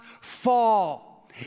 fall